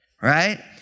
right